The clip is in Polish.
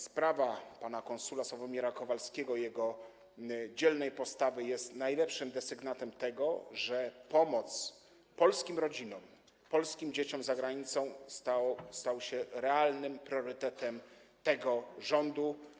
Sprawa pan konsula Sławomira Kowalskiego i jego dzielnej postawy jest najlepszym desygnatem tego, że pomoc polskim rodzinom, polskim dzieciom za granicą stała się realnym priorytetem tego rządu.